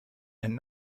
and